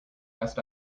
last